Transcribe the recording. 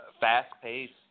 fast-paced